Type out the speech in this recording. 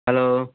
hello